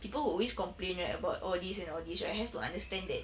people who always complain right about all these and all these right have to understand that